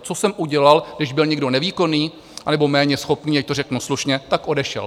Co jsem udělal, když byl někdo nevýkonný anebo méně schopný, ať to řeknu slušně, tak odešel.